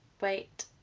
Wait